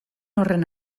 horren